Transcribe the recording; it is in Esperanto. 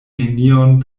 nenion